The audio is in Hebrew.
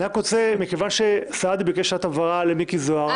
מכיוון שסעדי ביקש שאלת הבהרה למיקי זוהר,